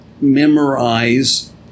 memorize